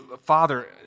Father